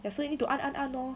that's why you need to 按按按 lor